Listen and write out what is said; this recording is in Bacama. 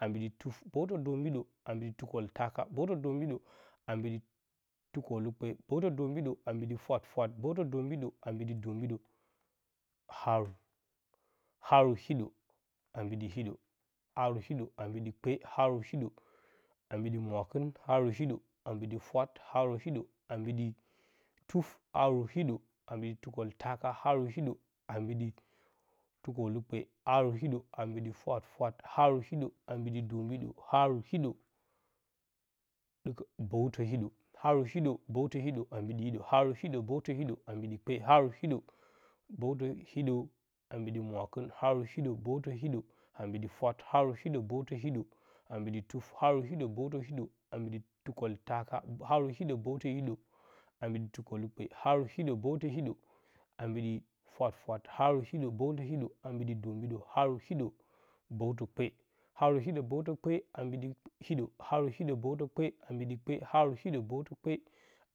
A mbiɗi tufi bəutə dombiɗə a mbiɗi tukel taka, bəwtə dombiɗə a mbiɗi tukolukpe, bəwtə dombiɗə a mbiɗi fwafwat, bəwtə dombiɗə a mbiɗi dombaɗə, haarə. haarə hidə a mbiɗi hiɗə, haarə hiɗə a mbiɗi kpe, haarə hiɗə a mbiɗi mwakɨ, haarə hiɗə a mbiɗi fwat, haarə hiɗə a mbiɗi tuf, haarə hiɗə a mbiɗi take itaka, haarə hiɗə a mbiɗi tukolukpe, haarə hiɗə a mbiɗi fwafwat haarə hidɗə a mbiɗi dombiɗə, haarə hiɗə bəwtə hiɗə. Haarə hiɗə bəwtə hiɗə a mbiɗi hiɗə, haarə hiɗə bəwtə hiɗə a mbiɗi kpe, haarə hiɗə bəwtə hiɗə a mbiɗi mwakɨn, haarə hidə bəwtə hiɗə a mbiɗi fwat, haarə hiɗə həwtə hiɗə a mbiɗi tufi haarə hiɗə bəwtə a mbiɗi tukoltaka, haarə hiɗə bəwtə hiɗə a mbiɗi fwafwat, haarə hiɗə bəwtə hiɗə a mbiɗi dombiɗə haarə hiɗə bəwtə kpe. Haarə hiɗə bəwtə kpe, a mbiɗi hiɗə, haarə hiɗə bəwtə kpe a mbiɗi kpe, haarə hiɗə bəwtə kpe